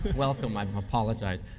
welcome, i apologize.